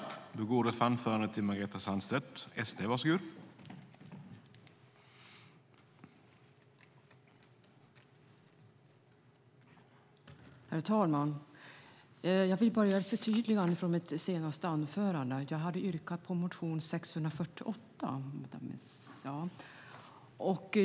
Herr talman! Jag vill bara göra ett förtydligande i förhållande till mitt senaste anförande. Jag yrkade bifall till motion 648.